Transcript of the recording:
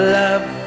love